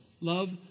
love